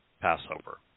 Passover